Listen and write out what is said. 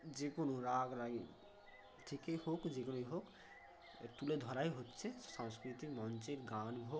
যে কোনো রাগ রাগিণী থেকেই হোক যে করেই হোক এর তুলে ধরাই হচ্ছে সংস্কৃতি মঞ্চের গান হোক